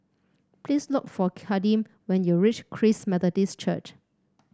please look for Kadeem when you reach Christ Methodist Church